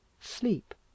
sleep